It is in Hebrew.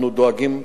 אנחנו דואגים,